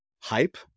hype